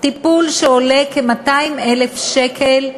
שעולה 200,000 שקל לבן-אדם,